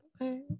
Okay